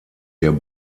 der